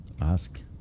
ask